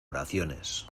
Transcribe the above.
oraciones